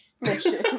mission